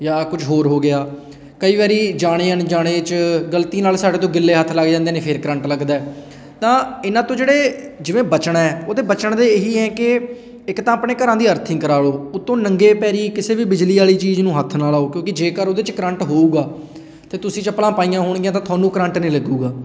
ਜਾਂ ਕੁਝ ਹੋਰ ਹੋ ਗਿਆ ਕਈ ਵਾਰੀ ਜਾਣੇ ਅਣਜਾਣੇ 'ਚ ਗਲਤੀ ਨਾਲ ਸਾਡੇ ਤੋਂ ਗਿੱਲੇ ਹੱਥ ਲੱਗ ਜਾਂਦੇ ਨੇ ਫਿਰ ਕਰੰਟ ਲੱਗਦਾ ਤਾਂ ਇਹਨਾਂ ਤੋਂ ਜਿਹੜੇ ਜਿਵੇਂ ਬਚਣਾ ਉਹਦੇ ਬਚਣ ਦੇ ਇਹੀ ਹੈ ਕਿ ਇੱਕ ਤਾਂ ਆਪਣੇ ਘਰਾਂ ਦੀ ਅਰਥਿੰਗ ਕਰਵਾ ਲਉ ਉੱਤੋਂ ਨੰਗੇ ਪੈਰ ਕਿਸੇ ਵੀ ਬਿਜਲੀ ਵਾਲੀ ਚੀਜ਼ ਨੂੰ ਹੱਥ ਨਾ ਲਾਉ ਕਿਉਂਕਿ ਜੇਕਰ ਉਹਦੇ 'ਚ ਕਰੰਟ ਹੋਊਗਾ ਤਾਂ ਤੁਸੀਂ ਚੱਪਲਾਂ ਪਾਈਆਂ ਹੋਣਗੀਆਂ ਤਾਂ ਤੁਹਾਨੂੰ ਕਰੰਟ ਨਹੀਂ ਲੱਗੇਗਾ